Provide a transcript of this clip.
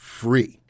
free